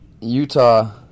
Utah